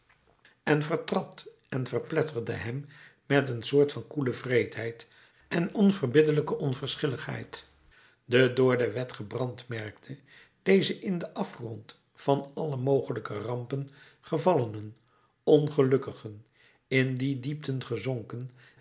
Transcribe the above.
en vertrad en verpletterde hem met een soort van koele wreedheid en onverbiddelijke onverschilligheid de door de wet gebrandmerkten deze in den afgrond van alle mogelijke rampen gevallenen ongelukkigen in die diepten gezonken